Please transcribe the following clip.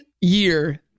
year